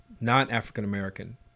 non-African-American